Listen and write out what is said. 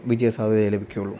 വിജയസാധ്യതയേ ലഭിക്കുള്ളൂ